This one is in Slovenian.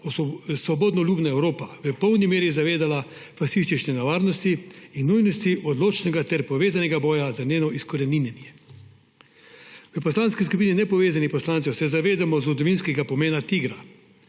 svobodoljubna Evropa v polni meri zavedala fašistične nevarnosti in nujnosti odločnega ter povezanega boja za njeno izkoreninjenje. V Poslanski skupini nepovezanih poslancev se zavedamo zgodovinskega pomena TIGR-a,